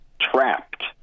trapped